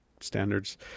standards